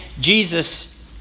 Jesus